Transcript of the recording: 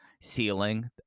ceiling